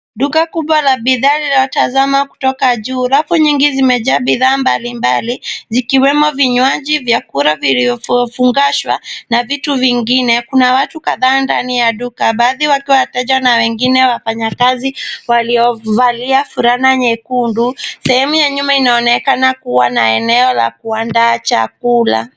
Duka kubwa la bidhaa lililotazama kutoka juu. Rafu nyingi zimejaa bidhaa mbalimbali zikiwemo vinywaji, vyakula viliofungashwa na vitu vingine. Kuna watu kadhaa ndani ya duka, baadhi wakiwa wateja na wengine wafanyakazi waliovalia fulana nyekundu. Sehemu ya nyuma inaonekana kuwa na eneo la kuandaa chakula.